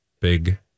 Big